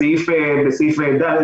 גם